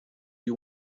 you